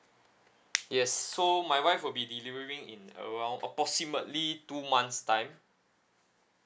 yes so my wife will be delivering in around approximately two months time